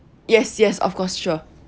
yes yes of course sure